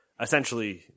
essentially